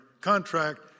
contract